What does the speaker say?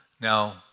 Now